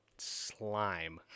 Slime